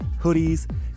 hoodies